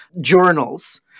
journals